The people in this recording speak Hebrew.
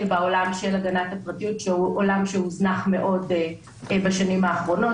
בעולם של הגנת הפרטיות שהוא עולם שהוזנח מאוד בשנים האחרונות.